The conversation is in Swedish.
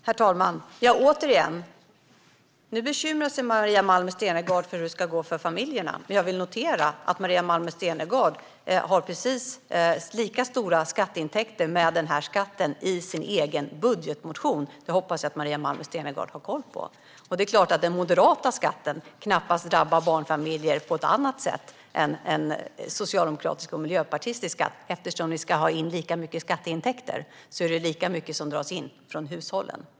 Herr talman! Nu bekymrar sig Maria Malmer Stenergard återigen för hur det ska gå för familjerna. Jag vill notera att Maria Malmer Stenergard har precis lika stora skatteintäkter med denna skatt i sin egen budgetmotion. Det hoppas jag att Maria Malmer Stenergard har koll på. Det är klart att den moderata skatten knappast drabbar barnfamiljer på ett annat sätt än den socialdemokratiska och miljöpartistiska. Eftersom ni ska ha in lika mycket skatteintäkter är det lika mycket som dras in från hushållen.